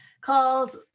called